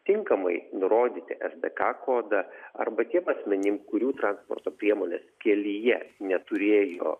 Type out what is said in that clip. tinkamai nurodyti es dė ka kodą arba tiem asmenim kurių transporto priemonės kelyje neturėjo